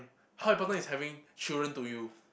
how important is having children to you